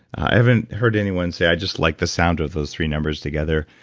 i haven't heard anyone say, i just like the sound of those three numbers together.